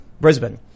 Brisbane